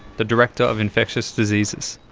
the director of infectious diseases.